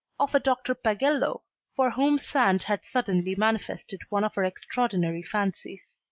of a dr. pagello for whom sand had suddenly manifested one of her extraordinary fancies.